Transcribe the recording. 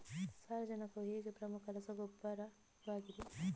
ಸಾರಜನಕವು ಏಕೆ ಪ್ರಮುಖ ರಸಗೊಬ್ಬರವಾಗಿದೆ?